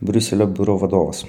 briuselio biuro vadovas